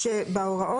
שגם יש הערה לרז.